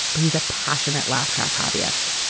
but he's a passionate laugh track hobbyist.